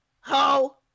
Ho